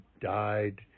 died